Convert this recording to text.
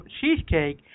cheesecake